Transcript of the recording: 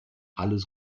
alles